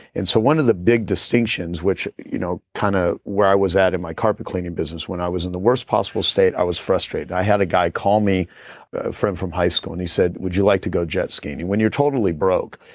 so one of the big distinctions, which you know kind of where i was at in my carpet cleaning business when i was in the worst possible state, i was frustrated. i had a guy call me from from high school, and he said, would you like to go jet skiing when you're totally broke.